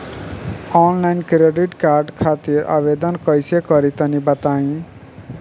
Offline credit card खातिर आवेदन कइसे करि तनि बताई?